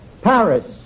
Paris